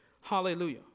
Hallelujah